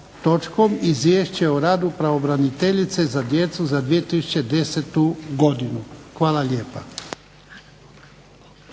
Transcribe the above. točkom Izvješće o radu pravobraniteljice za djecu za 2010. godinu. Hvala lijepa.